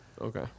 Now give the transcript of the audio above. Okay